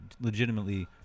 legitimately